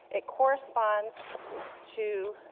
it corresponds to